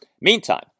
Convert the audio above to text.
Meantime